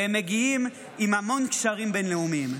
והם מגיעים עם המון קשרים בין-לאומיים.